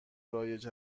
رایج